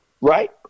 right